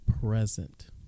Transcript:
present